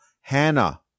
Hannah